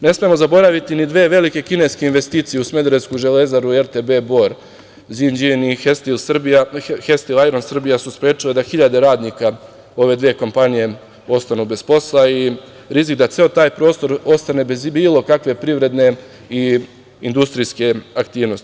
Ne smemo zaboraviti ni dve velike kineske investicije u smederevsku Železaru i RTB Bor, iz Inđije ni "Hesteel Serbia Iron & Steel" su sprečili da hiljade radnika ove dve kompanije ostanu bez posla i rizik da ceo taj prostor ostane bez bilo kakve privredne i industrijske aktivnosti.